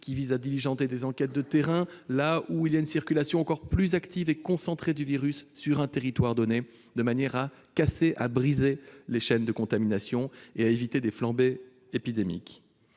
vise à diligenter les enquêtes de terrain là où il y a une circulation encore plus active et concentrée du virus sur un territoire donné, de manière à casser, à briser les chaînes de contamination et à éviter des flambées épidémiques.